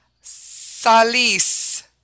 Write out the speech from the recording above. Salis